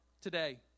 today